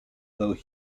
though